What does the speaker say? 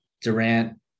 Durant